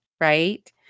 right